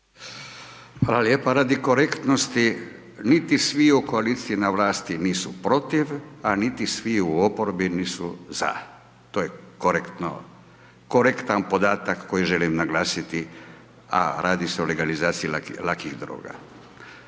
Hvala lijepa, radi korektnosti niti svi u koaliciji na vlasti nisu protiv, a niti svi u oporbi nisu za, to je korektno, korektan podatak koji želim naglasiti, a radi se o legalizaciji lakih droga.